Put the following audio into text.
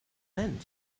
meant